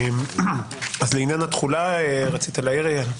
אז לעניין התחולה רצית להעיר אייל?